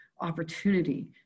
opportunity